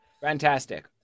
fantastic